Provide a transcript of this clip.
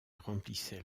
remplissait